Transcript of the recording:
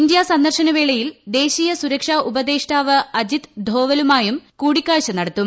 India സന്ദർശനവേളയിൽ ദേശീയ സുരക്ഷാ ഉപദേഷ്ടാവ് അജിത് ധോവലുമായും കൂടിക്കാഴ്ച നടത്തും